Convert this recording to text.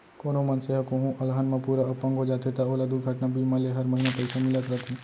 कोनों मनसे ह कोहूँ अलहन म पूरा अपंग हो जाथे त ओला दुरघटना बीमा ले हर महिना पइसा मिलत रथे